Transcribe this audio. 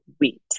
wheat